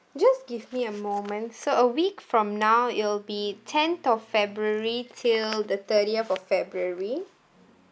just give me a moment so a week from now it'll be tenth of february till the thirtieth of february